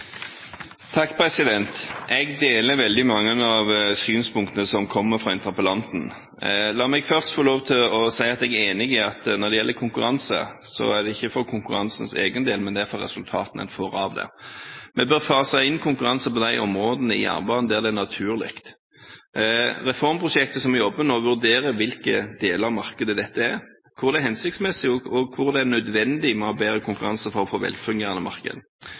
Jeg deler veldig mange av synspunktene som kommer fra interpellanten. La meg først få lov til å si at jeg er enig i at når det gjelder konkurranse, skal det ikke være konkurranse for konkurransens egen del, men for resultatene en får av det. Vi bør fase inn konkurranse på de områdene av jernbanen der det er naturlig. Reformprosjektet som pågår nå, vurderer hvilke deler av markedet dette er, hvor det er hensiktsmessig og hvor det er nødvendig å ha bedre konkurranse for å få et velfungerende marked.